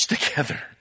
together